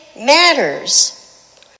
matters